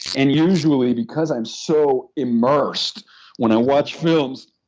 and usually because i'm so immersed when i watch films,